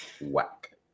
Whack